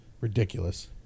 Ridiculous